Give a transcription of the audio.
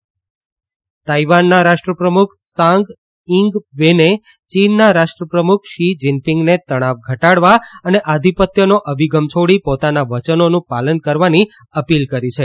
Taiwan ચીન તાઇવાનના રાષ્ટ્રપ્રમુખ ત્સાઇ ઇંગ વેને ચીનના રાષ્ટ્રપ્રમુખ શી જીનપીંગને તણાવ ઘટાડવા અને આધિપત્યનો અભિગમ છોડી પોતાના વચનોનું પાલન કરવાની અપીલ કરી છે